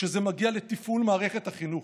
כשזה מגיע לתפעול מערכת החינוך.